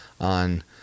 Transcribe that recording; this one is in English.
on